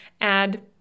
add